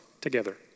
together